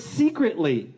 secretly